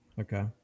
Okay